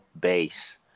base